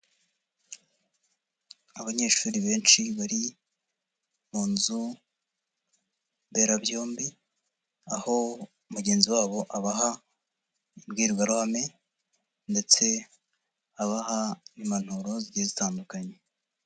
Abanyeshuri benshi bari mu nzu mberabyombi, aho mugenzi wabo abaha imbwirwaruhame ndetse abaha n'impanuro zigiye zitandukanye.